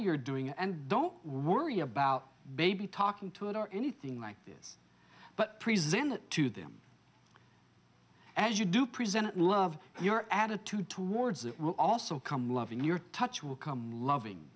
you're doing and don't worry about baby talking to it or anything like this but present it to them as you do present love your attitude towards it will also come love in your touch will come loving